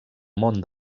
món